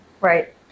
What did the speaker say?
Right